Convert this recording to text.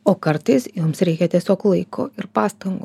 o kartais joms reikia tiesiog laiko ir pastangų